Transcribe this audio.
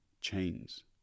chains